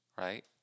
right